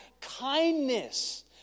kindness